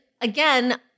again